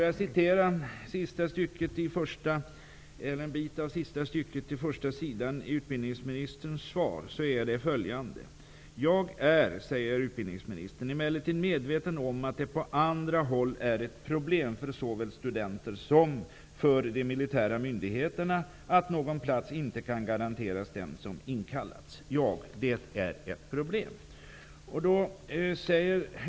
Jag citerar en bit av sista stycket på första sidan i utbildningsministerns svar: ''Jag är emellertid medveten om att det på andra håll är ett problem för såväl studenter som för de militära myndigheterna att någon plats inte kan garanteras dem som inkallats.'' Ja, det är ett problem.